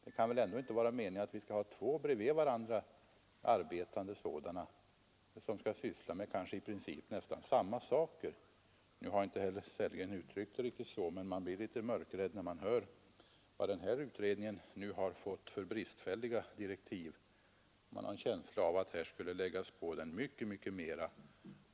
Det kan väl inte vara meningen att ha två jämsides arbetande utredningar, som sysslar med i princip nära nog samma saker. Nu uttryckte sig herr Sellgren inte på det sättet, men man blir ändå litet mörkrädd när man hör vilka bristfälliga direktiv den tillsatta utredningen har fått och att den skulle påläggas många fler uppgifter.